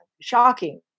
shocking